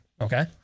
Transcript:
okay